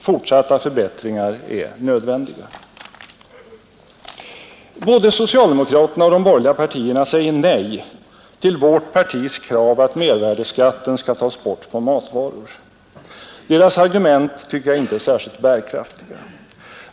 Fortsatta förbättringar är nödvändiga. Både socialdemokraterna och de borgerliga partierna säger nej till vårt partis krav att mervärdeskatten skall tas bort på matvaror. Deras argument tycker jag inte är särskilt bärkraftiga.